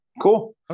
cool